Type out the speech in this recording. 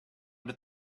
that